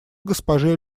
госпоже